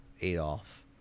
Adolf